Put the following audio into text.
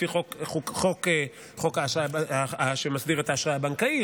לפי חוק האשראי שמסדיר את האשראי הבנקאי,